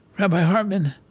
rabbi hartman,